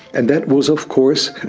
and that was of course,